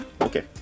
Okay